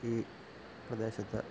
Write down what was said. ഈ പ്രദേശത്ത്